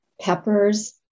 peppers